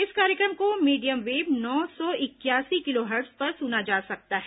इस कार्यक्र म को मीडियम वेव नौ सौ इकयासी किलोहर्ट्ज पर सुना जा सकता है